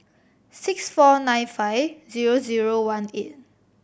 six four nine five zero zero one eight